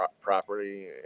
property